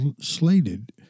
slated